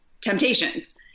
temptations